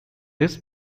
this